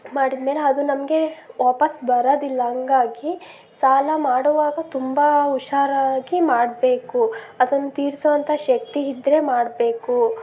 ಮಾಡಿದ ಮೇಲೆ ಅದು ನಮಗೆ ವಾಪಸ್ ಬರೋದಿಲ್ಲ ಹಂಗಾಗಿ ಸಾಲ ಮಾಡೋವಾಗ ತುಂಬ ಹುಷಾರಾಗಿ ಮಾಡಬೇಕು ಅದನ್ನು ತೀರಿಸೋ ಅಂತ ಶಕ್ತಿ ಇದ್ದರೆ ಮಾಡಬೇಕು